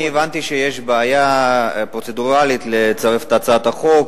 אני הבנתי שיש בעיה פרוצדורלית לצרף את הצעת החוק,